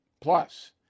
Plus